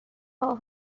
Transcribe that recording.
all